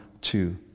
two